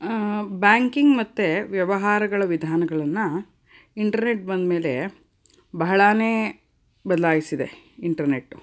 banking ಮತ್ತು ವ್ಯವಹಾರಗಳ ವಿಧಾನಗಳನ್ನು ಇಂಟರ್ನೆಟ್ ಬಂದಮೇಲೆ ಬಹಳಾ ಬದಲಾಯಿಸಿದೆ ಇಂಟರ್ನೆಟ್ಟು